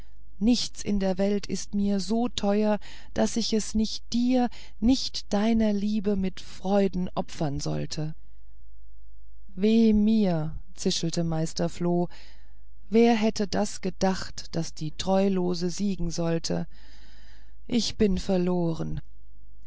nichts in der welt ist mir so teuer daß ich es nicht dir nicht deiner liebe mit freuden opfern sollte weh mir zischelte meister floh wer hätte das gedacht daß die treulose siegen sollte ich bin verloren